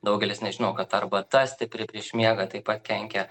daugelis nežino kad arbata stipri prieš miegą taip pat kenkia